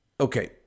Okay